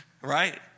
right